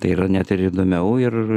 tai yra net ir įdomiau ir